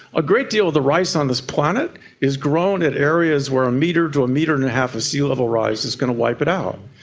a great deal of the rice on this planet is grown at areas where a metre to a metre-and-a-half of sea level rise is going to wipe it out.